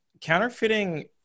counterfeiting